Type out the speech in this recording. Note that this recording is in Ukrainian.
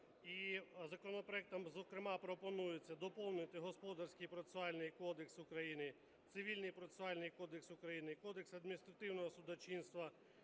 І законопроектом, зокрема, пропонується доповнити Господарський процесуальний кодекс України, Цивільний процесуальний кодекс Україні і Кодекс адміністративного судочинства